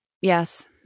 yes